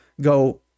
go